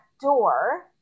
door